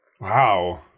wow